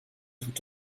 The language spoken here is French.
tout